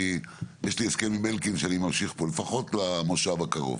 כי יש לי הסכם עם אלקין שאני ממשיך פה לפחות למושב הקרוב.